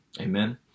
Amen